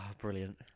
brilliant